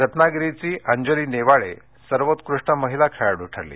रत्नागिरीची अंजली नेवाळे सर्वोत्कृष्ट महिला खेळाडू ठरली